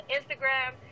Instagram